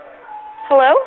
Hello